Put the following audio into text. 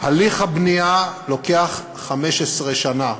הליך הבנייה לוקח 15 שנה.